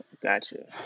Gotcha